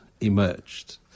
emerged